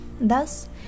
Thus